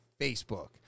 Facebook